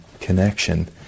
connection